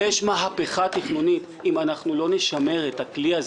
אתה רוצה לקרוא פופוליסט, תקרא לראש הממשלה.